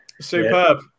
Superb